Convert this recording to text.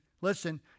listen